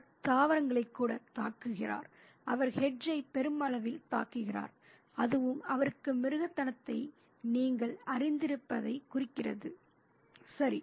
அவர் தாவரங்களை கூட தாக்குகிறார் அவர் ஹெட்ஜை பெருமளவில் தாக்குகிறார் அதுவும் அவருக்கு மிருகத்தனத்தை நீங்கள் அறிந்திருப்பதைக் குறிக்கிறது சரி